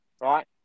right